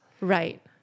Right